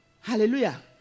Hallelujah